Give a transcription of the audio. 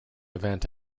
event